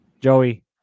Joey